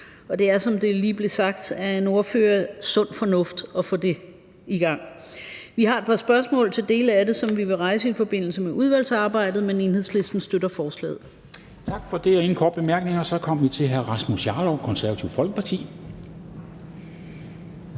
og det er, som det lige blev sagt af en ordfører, sund fornuft at få det i gang. Vi har et par spørgsmål til dele af det, som vi vil rejse i forbindelse med udvalgsarbejdet, men Enhedslisten støtter forslaget. Kl. 10:08 Formanden (Henrik Dam Kristensen): Tak for det. Der er ingen korte bemærkninger, og så er vi kommet til hr. Rasmus Jarlov, Det Konservative Folkeparti.